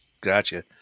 gotcha